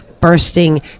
bursting